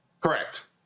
correct